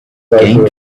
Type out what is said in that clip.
gained